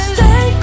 Stay